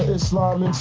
islam